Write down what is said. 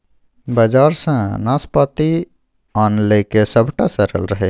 बजार सँ नाशपाती आनलकै सभटा सरल रहय